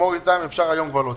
תגמור אתן אפשר הבוקר להוציא.